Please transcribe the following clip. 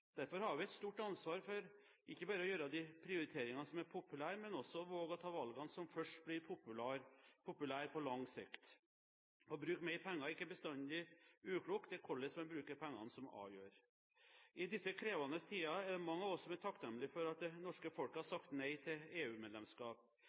Derfor har vi et stort ansvar for ikke bare å gjøre de prioriteringene som er populære, men også våge å ta valgene som først blir populære på lang sikt. Å bruke mer penger er ikke bestandig uklokt, det er hvordan man bruker pengene, som avgjør. I disse krevende tidene er det mange av oss som er takknemlige for at det norske folket har